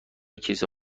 کیسه